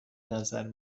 نظر